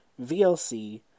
VLC